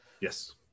Yes